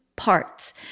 Parts